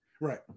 Right